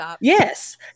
yes